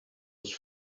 das